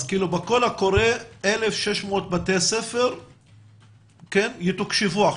אז בקול הקורא 1,600 בתי ספר יתוקשבו עכשיו?